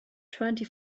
twenty